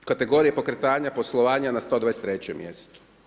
U kategoriji pokretanja poslovanja na 123 mjestu.